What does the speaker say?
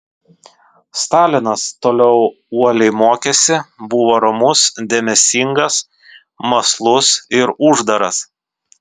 stalinas toliau uoliai mokėsi buvo ramus dėmesingas mąslus ir uždaras